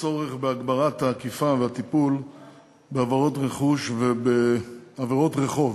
לצורך בהגברת האכיפה והטיפול בעבירות רכוש ובעבירות רחוב.